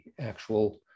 actual